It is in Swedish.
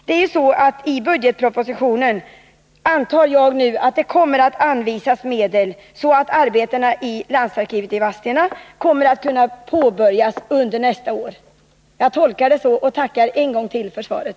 Jag antar att det nu i budgetpropositionen kommer att anvisas medel så att arbetena i landsarkivet i Vadstena kan påbörjas under nästa år. Jag tolkar alltså svaret så, och jag tackar än en gång för svaret.